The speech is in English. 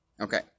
Okay